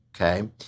okay